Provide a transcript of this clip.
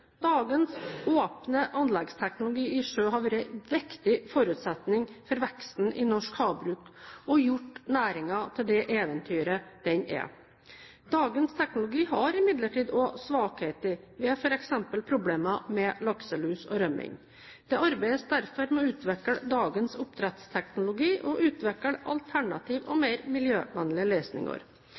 Dagens åpne anleggsteknologi i sjø har vært en viktig forutsetning for veksten i norsk havbruk og har gjort næringen til det eventyret den er. Dagens teknologi har imidlertid også svakheter, f.eks. problemer med lakselus og rømming. Det arbeides derfor med å utvikle dagens oppdrettsteknologi og å utvikle alternative og mer miljøvennlige løsninger.